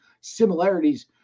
similarities